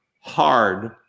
hard